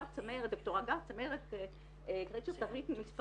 ד"ר הגר צמרת --- מספרים,